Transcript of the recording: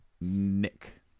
Nick